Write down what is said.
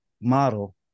model